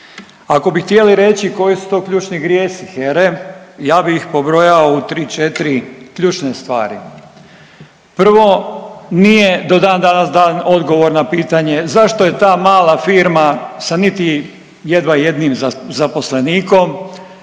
Ako bi htjeli reći koji su to ključni grijesi HERA-e ja bih ih pobrojao u 3-4 ključne stvari. Prvo, nije do dan danas dan odgovor na pitanje zašto je ta mala firma sa niti jedva jednim zaposlenikom